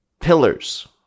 pillars